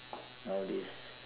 nowadays